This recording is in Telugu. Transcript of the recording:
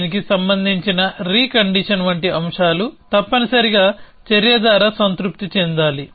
దీనికి సంబంధించిన రీ కండిషన్ వంటి అంశాలు తప్పనిసరిగా చర్య ద్వారా సంతృప్తి చెందాలి